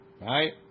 right